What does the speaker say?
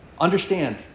Understand